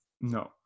No